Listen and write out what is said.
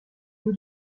nous